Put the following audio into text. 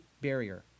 barrier